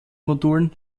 modulen